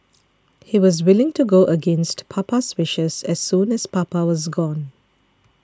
he was willing to go against Papa's wishes as soon as Papa was gone